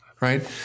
right